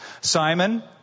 Simon